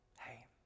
hey